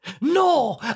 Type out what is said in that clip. No